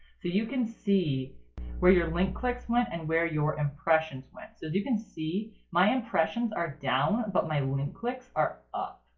so you can see where your link clicks went, and where your impressions went. so as you can see my impressions are down but my link and clicks are up.